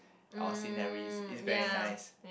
or sceneries is very nice